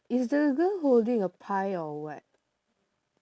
is the girl holding a pie or what